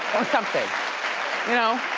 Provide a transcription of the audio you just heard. or something, you know?